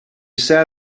sat